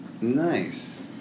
Nice